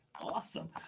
awesome